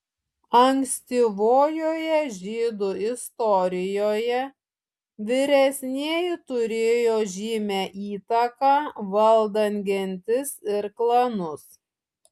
ankstyvojoje žydų istorijoje vyresnieji turėjo žymią įtaką valdant gentis ir klanus